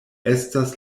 estas